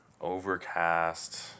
Overcast